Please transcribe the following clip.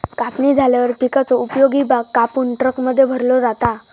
कापणी झाल्यावर पिकाचो उपयोगी भाग कापून ट्रकमध्ये भरलो जाता